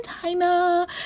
China